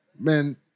Man